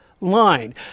line